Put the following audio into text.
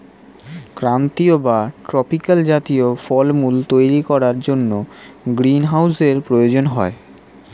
ক্রান্তীয় বা ট্রপিক্যাল জাতীয় ফলমূল তৈরি করার জন্য গ্রীনহাউসের প্রয়োজন হয়